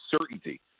certainty